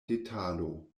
detalo